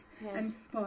Yes